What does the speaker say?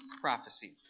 prophecy